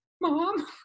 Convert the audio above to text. Mom